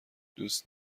دوست